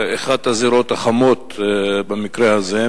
אחת הזירות החמות במקרה הזה,